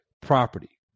property